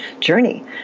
journey